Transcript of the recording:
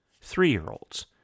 three-year-olds